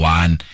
one